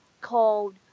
called